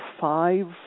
five